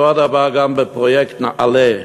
אותו הדבר גם בפרויקט נעל"ה